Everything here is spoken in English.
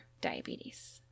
diabetes